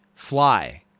Fly